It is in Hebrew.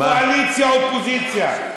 קואליציה אופוזיציה.